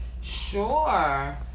Sure